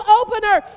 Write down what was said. opener